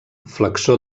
flexor